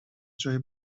جای